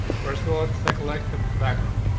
first of all, it's a collective background.